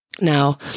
now